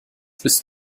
bist